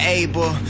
able